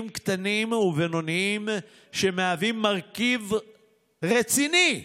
ומשהו שנשארו לי בעליהום הגדול שאנחנו